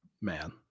man